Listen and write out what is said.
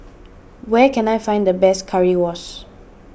where can I find the best Currywurst